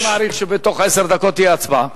אני מעריך שבתוך עשר דקות תהיה הצבעה.